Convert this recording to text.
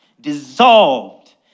dissolved